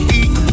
eat